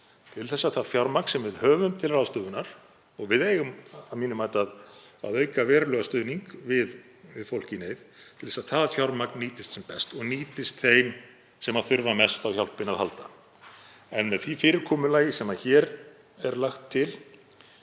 til þess að það fjármagn sem við höfum til ráðstöfunar, og við eigum að mínu mati að auka verulega stuðning við fólk í neyð, nýtist sem best og nýtist þeim sem þurfa mest á hjálpinni að halda. En með því fyrirkomulagi sem hér er lagt til